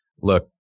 look